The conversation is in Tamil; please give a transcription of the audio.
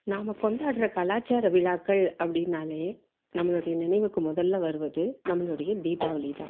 நாம் கொண்டாடுற கலாச்சார விழாக்கள் அப்படினாலே நம்மளுடைய நினைவுக்கு முதல்ல வருவது நம்மளுடைய தீபாவளிதான்